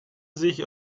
sich